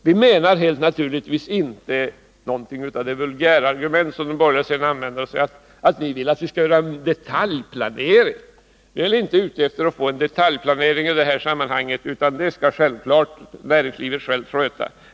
Vi menar naturligtvis inte att man skall göra en detaljplanering, som är det vulgärargument de borgerliga använder emot oss. Detaljplaneringen skall självfallet näringslivet självt göra.